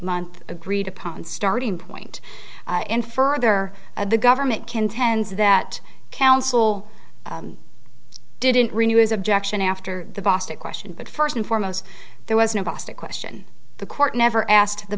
month agreed upon starting point in further of the government contends that counsel didn't renew his objection after the boston question but first and foremost there was no boss to question the court never asked the